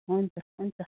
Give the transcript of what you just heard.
हुन्छ हुन्छ